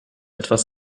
etwas